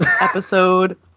Episode